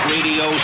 Radio